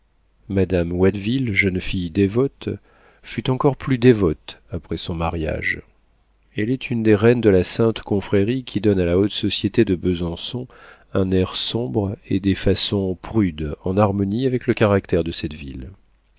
de watteville jeune fille dévote fut encore plus dévote après son mariage elle est une des reines de la sainte confrérie qui donne à la haute société de besançon un air sombre et des façons prudes en harmonie avec le caractère de cette ville